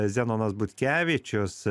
zenonas butkevičius